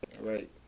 Right